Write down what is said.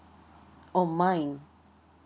oh mine